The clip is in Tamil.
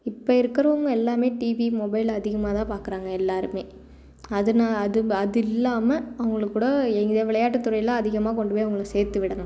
இப்போ இருக்கிறவங்க எல்லாமே டிவி மொபைல் அதிகமாக தான் பார்க்குறாங்க எல்லாருமே அதுனா அது அது இல்லாமல் அவங்களுக்கு கூட எங்கேயா விளையாட்டு துறையில் அதிகமாக கொண்டு போய் அவங்களை சேர்த்துவிடணும்